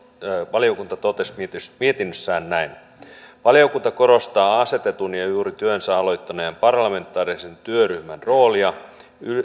valiokunta totesi mietinnössään näin valiokunta korostaa asetetun ja ja juuri työnsä aloittaneen parlamentaarisen työryhmän roolia